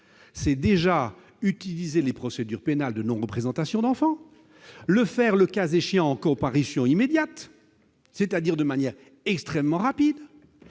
peut déjà utiliser les procédures pénales prévues en cas de non-représentation d'enfant et le faire, le cas échéant, en comparution immédiate, c'est-à-dire de manière extrêmement rapide.